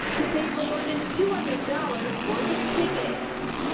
to pay for more than two hundred dollars worth of tickets.